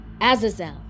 Azazel